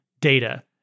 data